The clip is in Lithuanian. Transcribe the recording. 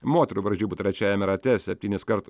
moterų varžybų trečiajame rate septyniskart